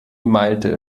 malte